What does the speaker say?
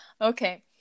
Okay